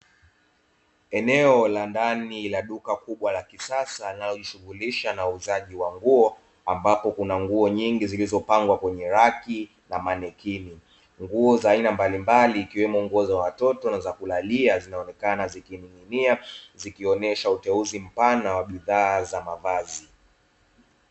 Eneo la ndani la duka kubwa la kisasa linalojihusisha na uuzaji wa nguo, ambapo kuna nguo nyingi zikiwa zilizopangwa kwenye raki au nikini, nguo za aina mbalimbali kama za watoto za kulalia zikionekana zikining'inia, zikionyesha uteuzi mpana wa bidhaa za mavazi.